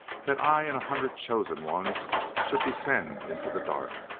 that i and a hundred chosen ones should descend into the dark,